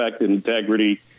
integrity